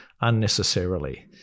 unnecessarily